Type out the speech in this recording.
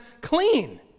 clean